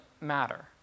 matter